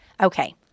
Okay